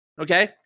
okay